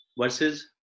versus